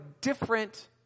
different